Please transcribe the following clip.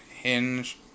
hinge